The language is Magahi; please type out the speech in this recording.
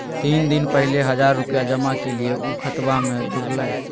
तीन दिन पहले हजार रूपा जमा कैलिये, ऊ खतबा में जुरले?